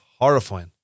horrifying